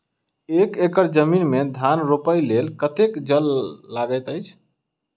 एक एकड़ जमीन मे धान रोपय लेल कतेक जल लागति अछि?